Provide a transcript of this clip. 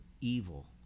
evil